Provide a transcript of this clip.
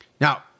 Now